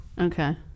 Okay